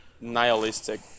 nihilistic